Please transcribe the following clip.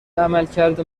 عملکرد